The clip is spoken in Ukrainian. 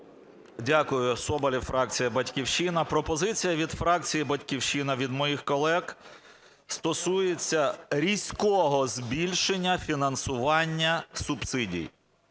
Дякую. Соболєв, фракція "Батьківщина". Пропозиція від фракції "Батьківщина", від моїх колег стосується різкого збільшення фінансування субсидій.